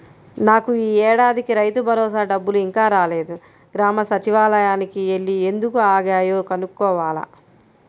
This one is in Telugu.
నాకు యీ ఏడాదికి రైతుభరోసా డబ్బులు ఇంకా రాలేదు, గ్రామ సచ్చివాలయానికి యెల్లి ఎందుకు ఆగాయో కనుక్కోవాల